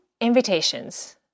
invitations